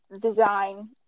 design